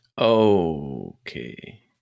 okay